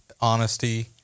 honesty